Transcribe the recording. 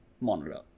monitor